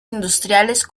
industriales